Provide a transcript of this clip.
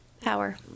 power